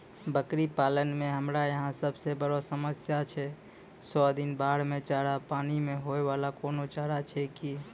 बकरी पालन मे हमरा यहाँ सब से बड़ो समस्या छै सौ दिन बाढ़ मे चारा, पानी मे होय वाला कोनो चारा छै कि?